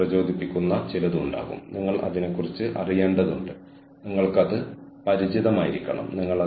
കാരണം ഞങ്ങൾ നന്നാക്കുനതെന്തും അത് നിങ്ങൾക്ക് കൂടുതൽ കാലം നിലനിൽക്കും